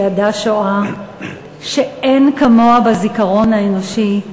שידע שואה שאין כמוה בזיכרון האנושי,